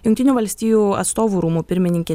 jungtinių valstijų atstovų rūmų pirmininkė